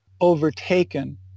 overtaken